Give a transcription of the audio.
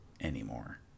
anymore